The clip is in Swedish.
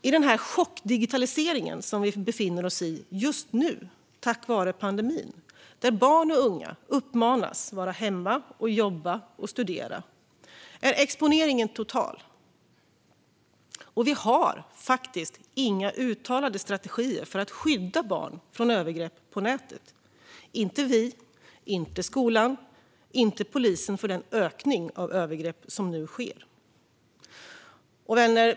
I den chockdigitalisering vi befinner oss i just nu, på grund av pandemin, där barn och unga uppmanas vara hemma, jobba och studera, är exponeringen total. Och vi har faktiskt inga uttalade strategier för att skydda barn från den ökning av övergrepp som nu sker på nätet - inte vi, inte skolan, inte polisen. Vänner!